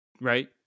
right